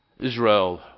Israel